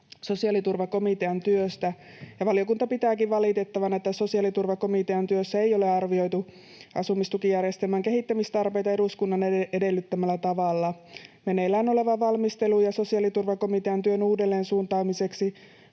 sosiaaliturvakomitean työstä. Valiokunta pitääkin valitettavana, että sosiaaliturvakomitean työssä ei ole arvioitu asumistukijärjestelmän kehittämistarpeita eduskunnan edellyttämällä tavalla. Meneillään olevan valmistelun ja sosiaaliturvakomitean työn uudelleensuuntaamisen